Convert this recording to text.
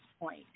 point